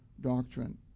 doctrine